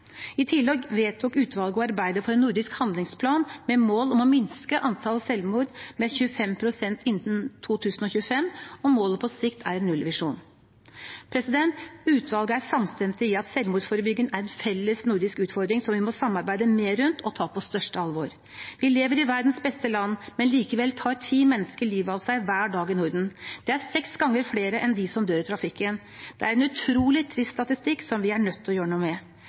I tillegg vedtok utvalget å arbeide for en nordisk handlingsplan med mål om å minske antallet selvmord med 25 pst. innen 2025, og målet på sikt er en nullvisjon. Utvalget er samstemt i at selvmordsforebygging er en felles nordisk utfordring som vi må samarbeide mer rundt og ta på det største alvor. Vi lever i verdens beste land, men likevel tar ti mennesker livet av seg hver dag i Norden. Det er seks ganger flere enn de som dør i trafikken. Det er en utrolig trist statistikk som vi er nødt til å gjøre noe med.